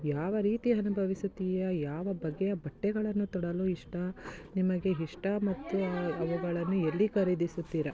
ಯಾವ ರೀತಿ ಅನುಭವಿಸುತ್ತೀಯಾ ಯಾವ ಬಗೆಯ ಬಟ್ಟೆಗಳನ್ನು ತೊಡಲು ಇಷ್ಟ ನಿಮಗೆ ಇಷ್ಟ ಮತ್ತು ಅವುಗಳನ್ನು ಎಲ್ಲಿ ಖರೀದಿಸುತ್ತೀರಾ